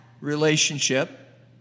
relationship